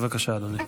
בבקשה, אדוני.